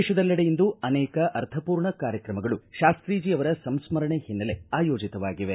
ದೇಶದೆಲ್ಲೆಡೆ ಇಂದು ಅನೇಕ ಅರ್ಥಮೂರ್ಣ ಕಾರ್ಯಕ್ರಮಗಳು ಶಾಸ್ತೀಜೆ ಅವರ ಸಂಸ್ಕರಣೆ ಹಿನ್ನೆಲೆ ಆಯೋಜಿತವಾಗಿವೆ